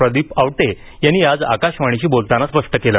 प्रदीप आवटे यांनी आज आकाशवाणीशी बोलताना स्पष्ट केलं